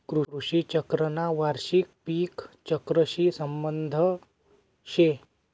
कृषी चक्रना वार्षिक पिक चक्रशी संबंध शे